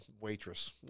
waitress